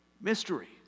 mystery